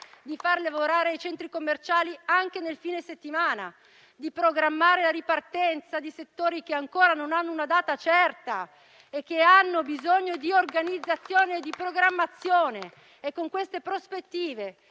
di far lavorare i centri commerciali anche nel fine settimana e di programmare la ripartenza di settori che ancora non hanno una data certa e che hanno bisogno di organizzazione e di programmazione. È con queste prospettive,